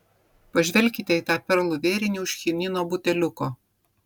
pažvelkite į tą perlų vėrinį už chinino buteliuko